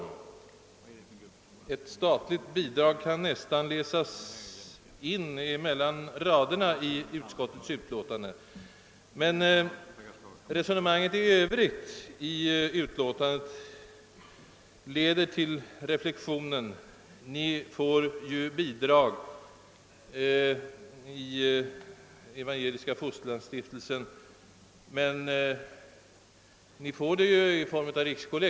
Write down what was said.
Ett statligt bidrag kan nästan läsas in mellan raderna i utskottets utlåtande. Resonemanget i utlåtandet måste ju leda till reflexionen: Evangeliska fosterlandsstiftelsen får ju redan bidrag, nämligen i form av en rikskollekt.